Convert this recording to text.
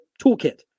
toolkit